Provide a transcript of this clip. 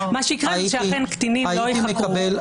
מה שיקרה הוא שאכן קטינים לא יוחרגו.